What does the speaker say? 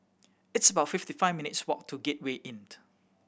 it's about fifty five minutes' walk to Gateway Inn